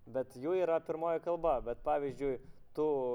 bet jų yra pirmoji kalba bet pavyzdžiui tų